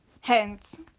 Hence